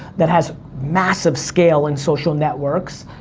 that has massive scale in social networks.